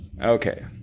Okay